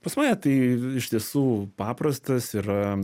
pas mane tai iš tiesų paprastas yra